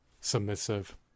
submissive